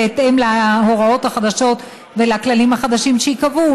בהתאם להוראות החדשות ולכללים החדשים שייקבעו.